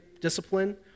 discipline